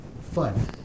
fun